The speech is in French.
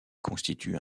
constitue